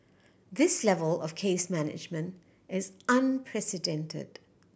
this level of case management is unprecedented